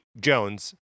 Jones